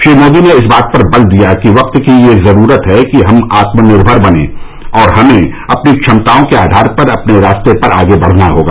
श्री मोदी ने इस बात पर बल दिया कि वक्त की यह जरूरत है कि हम आत्मनिर्भर बनें और हमें अपनी क्षमताओं के आधार पर अपने रास्ते पर आगे बढ़ना होगा